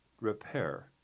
repair